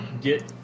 get